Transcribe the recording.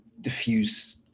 diffuse